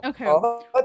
Okay